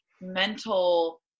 mental